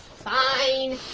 fine.